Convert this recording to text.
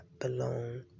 belong